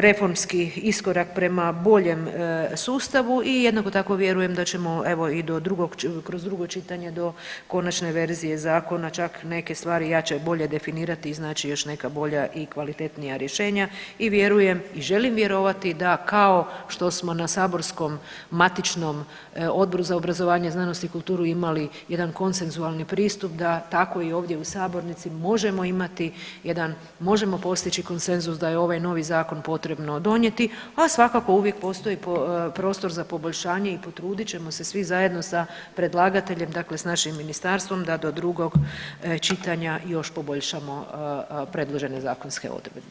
reformski iskorak prema boljem sustavu i jednako tako vjerujem da ćemo evo i do drugog, kroz drugo čitanje do konačne verzije zakona čak neke stvari i jače i bolje definirati i iznaći još neka bolja i kvalitetnija rješenja i vjerujem i želim vjerovati da kao što smo na saborskom matičnom Odboru za obrazovanje, znanost i kulturu imali jedan konsensualni pristup da tako i ovdje u sabornici možemo imati jedan, možemo postići konsenzus da je ovaj novi zakon potrebno donijeti, a svakako uvijek postoji prostor za poboljšanje i potrudit ćemo se svi zajedno sa predlagateljem dakle s našim ministarstvom da do drugog čitanja još poboljšamo predložene zakonske odredbe, zahvaljujem.